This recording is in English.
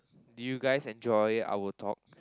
did you guys enjoy our talk